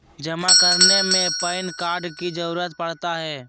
जमा करने में पैन कार्ड की जरूरत पड़ता है?